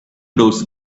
those